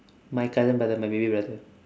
my cousin brother my baby brother